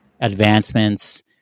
advancements